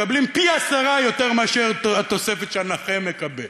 מקבלים פי-עשרה מהתוספת שהנכה מקבל.